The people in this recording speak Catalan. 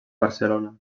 barcelona